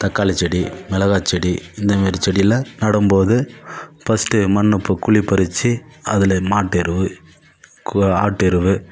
தக்காளி செடி மிளகாய் செடி இந்தமாரி செடியெலாம் நடும்போது ஃபஸ்ட்டு மண்ணை ப குழி பறித்து அதிலே மாட்டு எரு கோ ஆட்டு எரு